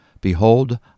Behold